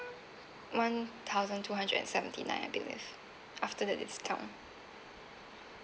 one thousand two hundred and seventy nine I believe after the discount